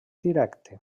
directe